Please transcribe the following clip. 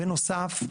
בנוסף,